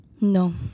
No